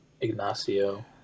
Ignacio